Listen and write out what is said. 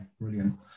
brilliant